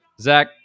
zach